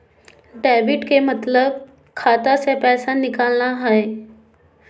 debit के मतलब खाता से पैसा निकलना हय